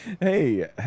Hey